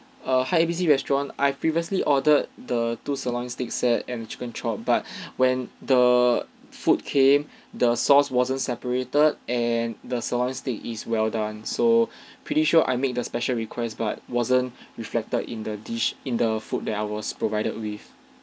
uh hi A B C restaurant I previously ordered the two sirloin steak set and chicken chop but when the food came the sauce wasn't separated and the sirloin steak is well done so pretty sure I make the special request but wasn't reflected in the dish in the food that I was provided with